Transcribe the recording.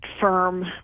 firm